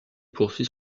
poursuit